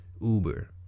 Uber